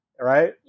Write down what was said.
Right